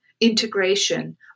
integration